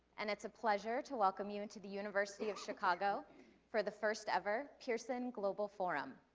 and it's a pleasure to welcome you into the university of chicago for the first ever pearson global forum.